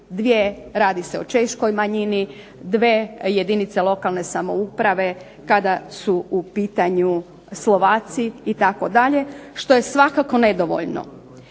dvije radi se o Češkoj manjini, dvije jedinice lokalne samouprave kada su u pitanju Slovaci itd., što je svakako nedovoljno.